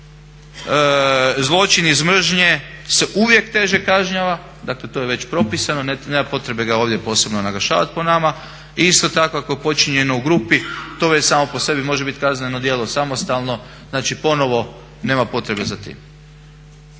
zločin iz mržnje se uvijek teže kažnjava, dakle to je već propisano, nema potrebe ga ovdje posebno naglašavat po nama i isto tako ako je počinjeno u grupi to već samo po sebi može bit kazneno djelo samostalno, znači ponovo nema potrebe za tim.